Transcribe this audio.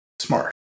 Smart